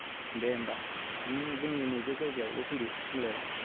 दे होमबा जोंनि नैबे जाइगायावल' फैदो सिमलायाव